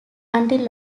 until